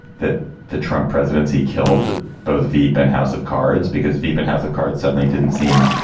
that the trump presidency killed both veep and house of cards because veep and house of cards suddenly didn't seem.